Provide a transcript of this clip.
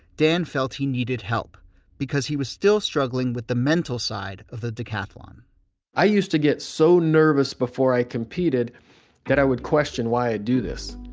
dan felt he needed help because he was still struggling with the mental side of the decathlon i used to get so nervous before i competed that i would question why i would do this.